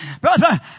Brother